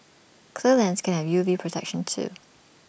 clear lenses can have U V protection too